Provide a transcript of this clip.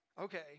Okay